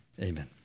Amen